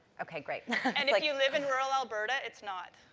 okay, great. and if you live in rural alberta, it's not.